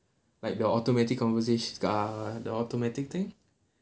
like the automatic convers~ the automatic thing